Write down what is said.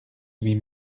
huit